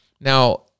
Now